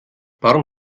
warum